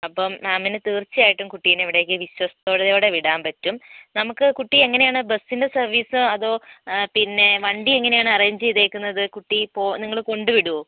അപ്പം മാമിന് തീർച്ചയായിട്ടും കുട്ടീനെ ഇവിടേക്ക് വിശ്വസ്തതയോടെ വിടാൻ പറ്റും നമുക്ക് കുട്ടി എങ്ങനെയാണ് ബസിൻ്റെ സർവീസോ അതോ പിന്നെ വണ്ടി എങ്ങനെയാണ് അറേഞ്ച് ചെയ്തിരിക്കുന്നത് കുട്ടി പോ നിങ്ങൾ കൊണ്ടുവിടുമോ